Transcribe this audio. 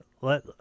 let